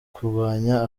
kurwanya